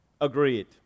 agreed